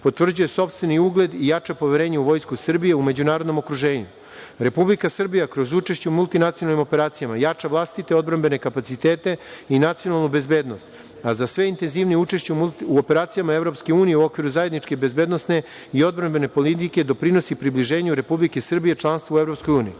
potvrđuje sopstveni ugled i jača poverenje u Vojsku Srbije u međunarodnom okruženju. Republika Srbija kroz učešće u multinacionalnim operacijama jača vlastite odbrambene kapacitete i nacionalnu bezbednost, a za sve intenzivnije učešće u multinacionalnim operacijama EU u okviru zajedničke bezbednosne i odbrambene politike doprinosi približenju Republike Srbije članstvu EU.Gospođo